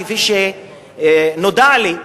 כפי שנודע לי,